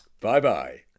Bye-bye